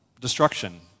destruction